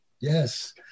Yes